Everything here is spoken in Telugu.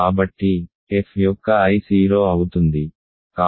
కాబట్టి f యొక్క i 0 అవుతుంది